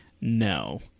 no